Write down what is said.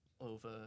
over